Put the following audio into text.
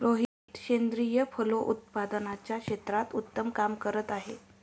रोहित सेंद्रिय फलोत्पादनाच्या क्षेत्रात उत्तम काम करतो आहे